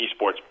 eSports